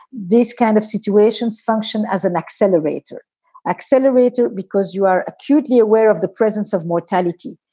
this. kind of situations function as an accelerator accelerator because you are acutely aware of the presence of mortality,